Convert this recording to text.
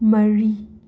ꯃꯔꯤ